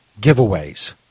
giveaways